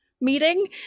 meeting